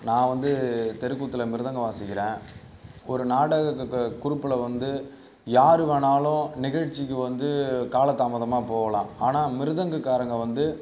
நான் வந்து தெருக்கூற்றில் மிருதங்கம் வாசிக்கிறேன் ஒரு நாடகத்துக்கு குரூப்புபில் வந்து யார் வேணாலும் நிகழ்ச்சிக்கு வந்து காலதாமதமாக போகலாம் ஆனால் மிருதங்கக்காரங்க வந்து